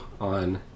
on